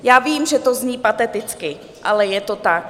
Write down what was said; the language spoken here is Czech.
Já vím, že to zní pateticky, ale je to tak.